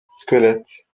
squelettes